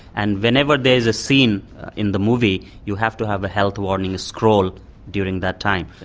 and whenever there is a scene in the movie you have to have a health warning, a scroll during that time.